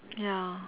ya